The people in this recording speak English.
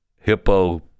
hippo